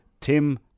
Tim